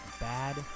bad